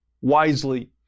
wisely